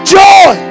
joy